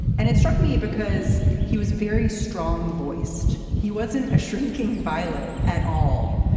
and it struck me because he was very strong voiced. he wasn't a shrinking violet at all.